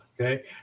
okay